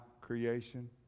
creation